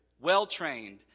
well-trained